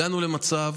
הגענו למצב